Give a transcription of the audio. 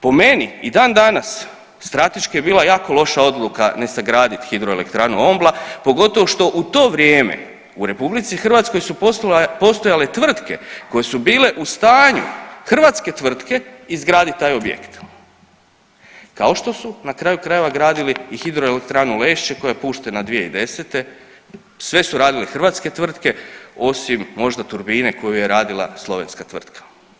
Po meni i dan danas strateški je bila jako loša odluka ne sagradit Hidroelektranu Ombla pogotovo što u to vrijeme u RH su postojale tvrtke koje su bile u stanju, hrvatske tvrtke izgraditi taj objekt kao što su na kraju krajeva gradili i Hidroelektranu Lešće koja je puštena 2010., sve su radile hrvatske tvrtke osim možda turbine koju je radila slovenska tvrtka.